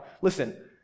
listen